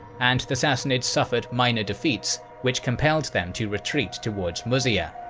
and the sassanids suffered minor defeats, which compelled them to retreat towards muzayyah.